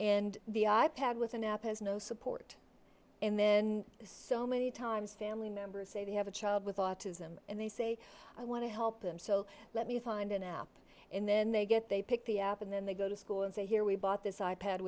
and the i pad with an app has no support and then so many times family members say they have a child with autism and they say i want to help them so let me find an app and then they get they pick the app and then they go to school and say here we bought this i